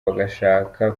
bagashaka